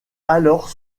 alors